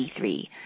D3